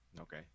Okay